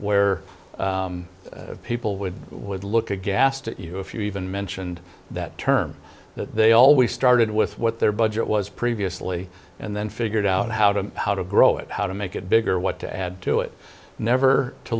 where people would would look at gas to you if you even mentioned that term that they always started with what their budget was previously and then figured out how to how to grow it how to make it bigger what to add to it never to